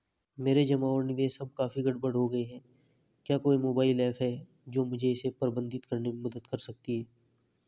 मेरे जमा और निवेश अब काफी गड़बड़ हो गए हैं क्या कोई मोबाइल ऐप है जो मुझे इसे प्रबंधित करने में मदद कर सकती है?